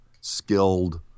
skilled